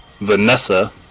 Vanessa